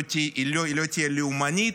היא לא תהיה לאומנית,